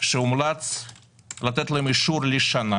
שהומלץ לתת להן אישור לשנה